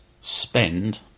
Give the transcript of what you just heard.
spend